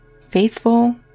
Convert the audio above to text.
faithful